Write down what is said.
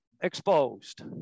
exposed